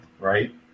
right